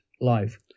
live